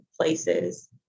places